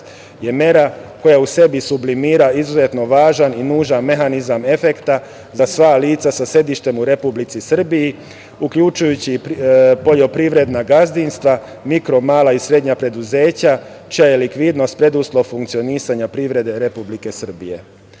je mera koja u sebi sublimira izuzetno važan i nužan mehanizam efekta za sva lica sa sedištem u Republici Srbiji, uključujući poljoprivredna gazdinstva, mikro, mala i srednja preduzeća, čija je likvidnost preduslov funkcionisanja privrede Republike